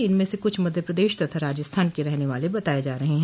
इनमें से कुछ मध्य प्रदेश तथा राजस्थान के रहने वाले बताये जा रहे हैं